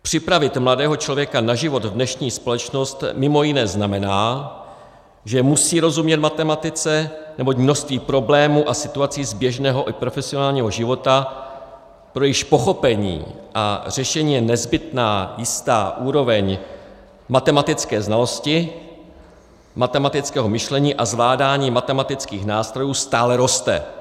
Připravit mladého člověka na život v dnešní společnosti mimo jiné znamená, že musí rozumět matematice, neboť množství problémů a situací z běžného i profesionálního života, pro jejichž pochopení a řešení je nezbytná jistá úroveň matematické znalosti, matematického myšlení a zvládání matematických nástrojů, stále roste.